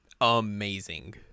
Amazing